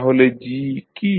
তাহলে g কী